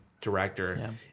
director